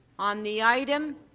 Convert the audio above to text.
on the item.